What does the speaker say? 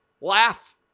Laugh